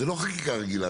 זו לא חקיקה רגילה.